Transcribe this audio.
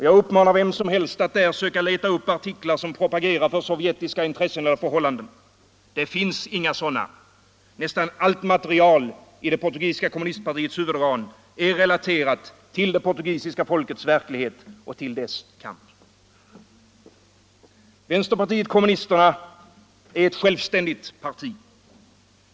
Jag uppmanar vem som helst att där söka leta upp artiklar som propagerar för sovjetiska intressen eller förhållanden. Det finns inga sådana. Nästan allt material i det kommunistiska partiets huvudorgan är relaterat till det portugisiska folkets verklighet och till dess kamp. Vänsterpartiet kommunisterna är ett självständigt parti.